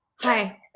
hi